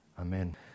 Amen